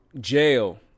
Jail